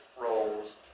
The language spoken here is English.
roles